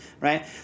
right